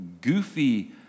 goofy